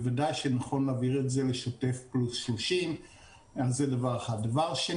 בוודאי שנכון להעביר את זה לשוטף פלוס 30. דבר שני,